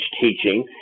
teaching